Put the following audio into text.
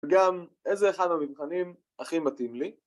וגם איזה אחד מהמבחנים הכי מתאים לי